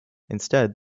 instead